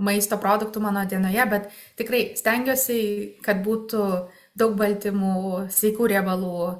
maisto produktų mano dienoje bet tikrai stengiuosi kad būtų daug baltymų sveikų riebalų